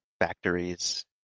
factories